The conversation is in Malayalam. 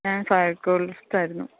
ഞാൻ സൈക്കോളജിസ്റ്റ് ആയിരുന്നു